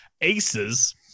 Aces